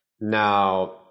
Now